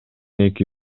эки